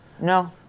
No